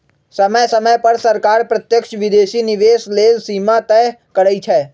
समय समय पर सरकार प्रत्यक्ष विदेशी निवेश लेल सीमा तय करइ छै